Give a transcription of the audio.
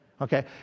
Okay